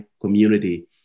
community